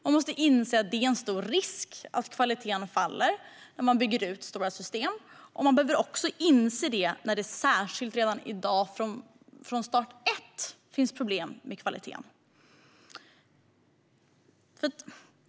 Man måste inse att det finns en stor risk för att kvaliteten sjunker när man bygger ut stora system. Detta behöver man inse särskilt eftersom det redan i dag, från första start, finns problem med kvaliteten.